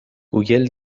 گوگل